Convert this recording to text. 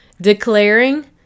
Declaring